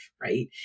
right